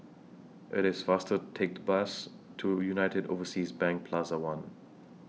IT IS faster Take The Bus to United Overseas Bank Plaza one